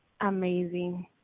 amazing